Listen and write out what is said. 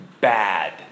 bad